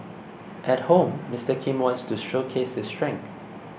at home Mister Kim wants to showcase his strength